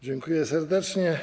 Dziękuję serdecznie.